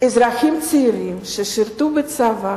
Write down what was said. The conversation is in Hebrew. אזרחים צעירים ששירתו בצבא,